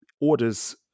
orders